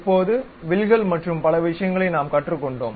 இப்போது வில்கள் மற்றும் பிற விஷயங்களைப் பற்றி நாம் கற்றுக்கொண்டோம்